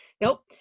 Nope